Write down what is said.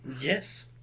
Yes